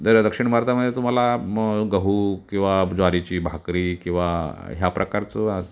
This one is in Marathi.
द दक्षिण भारतामध्ये तुम्हाला मग गहू किंवा ज्वारीची भाकरी किंवा ह्या प्रकारचं